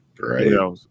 Right